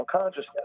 consciousness